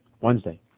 Wednesday